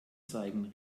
zeigen